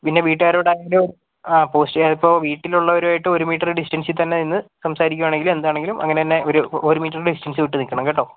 പിന്നെ വീട്ടുകാരോട് ആണെങ്കിലും ആ പോസിറ്റീവ് അതിപ്പം വീട്ടിലുള്ളവരുമായിട്ടും ഒരു മീറ്റർ ഡിസ്റ്റൻസിൽ തന്നെ നിന്ന് സംസാരിക്കുവാണെങ്കിലും എന്താണെങ്കിലും അങ്ങനെ തന്നെ ഒരു ഒരു മീറ്റർ ഡിസ്റ്റൻസ് വിട്ട് നിൽക്കണം കേട്ടോ